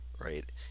right